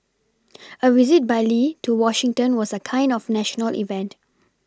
a visit by Lee to Washington was a kind of national event